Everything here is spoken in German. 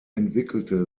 entwickelte